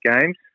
games